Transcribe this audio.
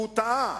הוא טעה,